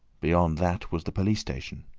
beyond that was the police station.